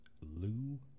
Lou